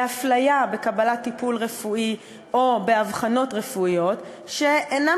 להפליה בקבלת טיפול רפואי או באבחנות רפואיות שאינן